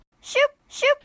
Shoop-shoop